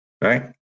right